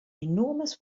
enormous